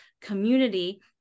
community